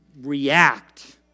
react